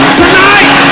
tonight